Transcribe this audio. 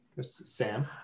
Sam